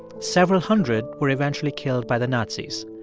several hundred were eventually killed by the nazis.